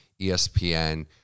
ESPN